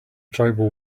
tribal